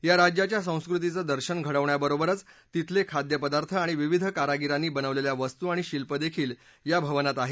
या राज्याच्या संस्कृतीचं दर्शन घडवण्यावरोबरच तिथले खाद्यपदार्थ आणि विविध कारागीरांनी बनवलेल्या वस्तू आणि शिल्पं देखील या भवनात आहेत